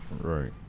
Right